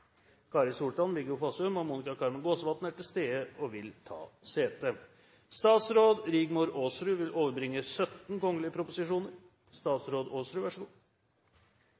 Kari Storstrand, Viggo Fossum og Monica Carmen Gåsvatn er til stede og vil ta sete. Representanten Ingjerd Schou vil